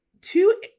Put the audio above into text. two